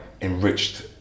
enriched